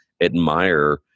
admire